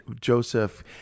Joseph